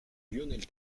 lionel